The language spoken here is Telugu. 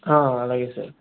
అలాగే సార్